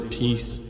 peace